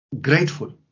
grateful